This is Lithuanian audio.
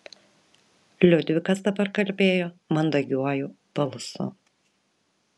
liudvikas dabar kalbėjo mandagiuoju balsu